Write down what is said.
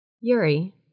Yuri